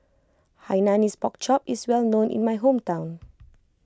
Hainanese Pork Chop is well known in my hometown